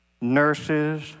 nurses